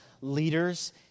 leaders